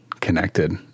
connected